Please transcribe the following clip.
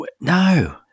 No